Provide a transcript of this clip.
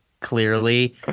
Clearly